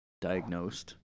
diagnosed